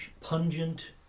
pungent